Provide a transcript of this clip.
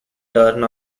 turn